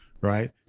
right